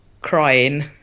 crying